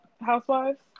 Housewives